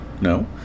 No